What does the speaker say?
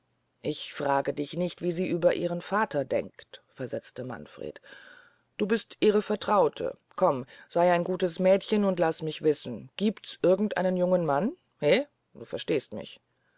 ich frage dich nicht wie sie über ihren vater denkt versetzte manfred du bist ihre vertraute komm sey ein gutes mädchen und laß mich wissen giebts irgend einen jungen mann he du verstehst mich